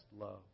love